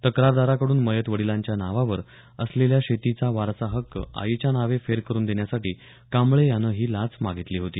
तक्रारदाराकडून मयत वडीलांच्या नावावर असलेल्या शेतीचा वारसा हक्क आईच्या नावे फेर करून देण्यासाठी कांबळे यांनं ही लाच मागितली होती